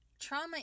Trauma